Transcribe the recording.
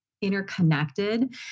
interconnected